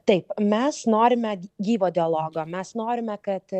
taip mes norime gyvo dialogo mes norime kad